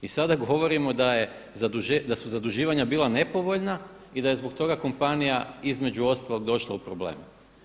I sada govorimo da su zaduživanja bila nepovoljna i da je zbog toga kompanija između ostalog došla u probleme.